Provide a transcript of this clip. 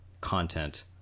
content